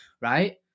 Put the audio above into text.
right